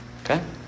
Okay